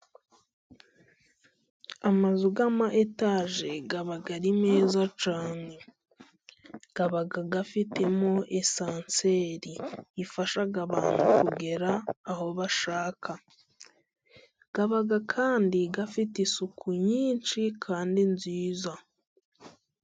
Amazu y'amayetage aba ari meza cyane. Aba afitemo esanseri ifasha abantu kugera aho bashaka. Aba kandi afite isuku nyinshi kandi nziza.